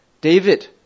David